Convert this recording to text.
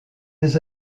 des